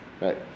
right